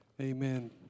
Amen